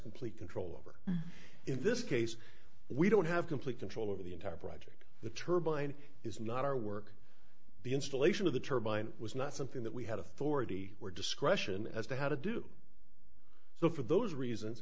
complete control over in this case we don't have complete control over the entire project the turbine is not our work the installation of the turbine was not something that we had authority were discretion as to how to do so for those reasons